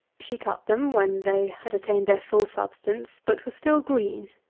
she cut them when they had attained their full substance, but were still green.